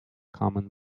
common